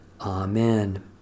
Amen